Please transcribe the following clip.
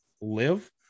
live